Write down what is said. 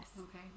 Okay